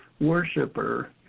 worshiper